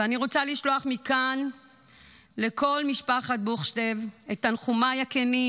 ואני רוצה לשלוח מכאן לכל משפחת בוכשטב את תנחומיי הכנים.